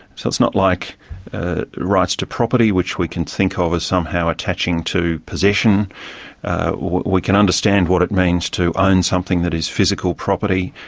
so it's not like rights to property, which we can think of as somehow attaching to possession we can understand what it means to ah own something that is physical property.